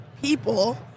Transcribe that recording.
people